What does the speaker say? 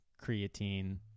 creatine